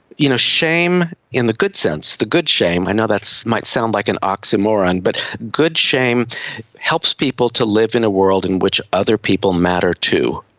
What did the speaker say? you know shame in the good sense, the good shame, i know that might sound like an oxymoron, but good shame helps people to live in a world in which other people matter too.